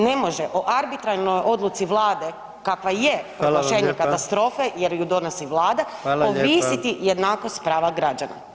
Ne može o arbitrarnoj odluci vlade kakva je proglašenje katastrofe jer ju donosi vlada ovisiti jednakost prava građana.